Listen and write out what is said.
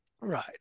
Right